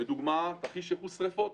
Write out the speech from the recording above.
לדוגמה, תרחיש ייחוס שריפות,